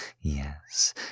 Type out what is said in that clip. Yes